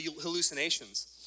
hallucinations